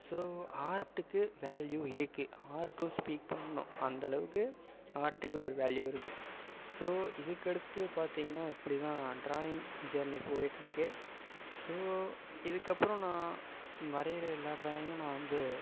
so ஆர்ட்டுக்கு value இருக்குது ஆர்ட்டும் ஸ்பீக் பண்ணும் அந்தளவுக்கு ஆர்ட்டுக்கு ஒரு வேல்யூ இருக்குது ஸோ இதுக்கடுத்து பாத்தீங்கன்னா இப்படி தான் ட்ராயிங் ஜர்னி போய்ட்ருக்கு ஸோ இதுக்கப்புறம் நான் வரைகிற எல்லா ட்ராயிங்கும் நான் வந்து